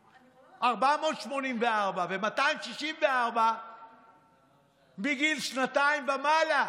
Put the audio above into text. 484. ו-294 מגיל שנתיים ומעלה.